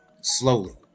slowly